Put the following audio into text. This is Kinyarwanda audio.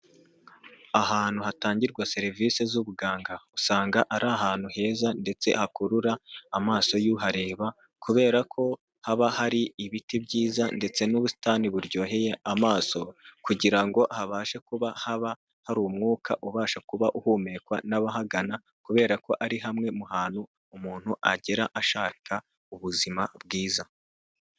Ahantu hatangirwa serivisi z'ubuganga, usanga ari ahantu heza, ndetse hakurura amaso y'uhareba, kubera ko haba hari ibiti byiza ndetse n'ubusitani buryoheye amaso, kugira ngo habashe kuba haba hari umwuka ubasha kuba uhumekwa n'abahagana, kubera ko ari hamwe mu hantu umuntu agera ashaka ubuzima bwiza.